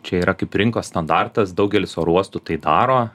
čia yra kaip rinkos standartas daugelis oro uostų tai daro